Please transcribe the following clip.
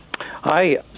Hi